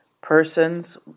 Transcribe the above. persons